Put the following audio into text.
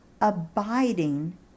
abiding